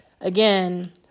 again